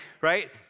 right